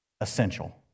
essential